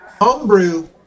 homebrew